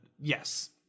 Yes